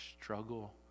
struggle